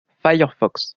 firefox